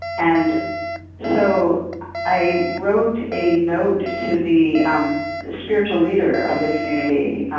and so i wrote a note to the um spiritual leader of the community